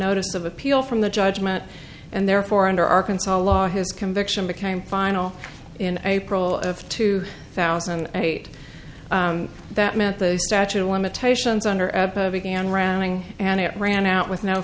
notice of appeal from the judgment and therefore under arkansas law his conviction became final in april of two thousand and eight that meant the statute of limitations under dan rounding and it ran out with no